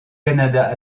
canada